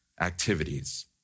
activities